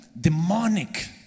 demonic